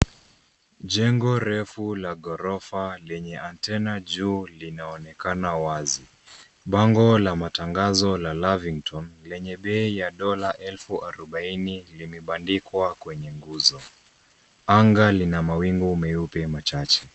Jengo refu la ghorofa lenye antennae juu linaonekana wazi. Bango la matangazo la Lavington lenye bei ya dola elfu arubaini limebandikwa kwenye nguzo. Anga lina mawingu meupe machache.